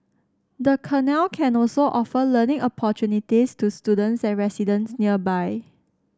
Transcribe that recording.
the canal can also offer learning opportunities to students and residents nearby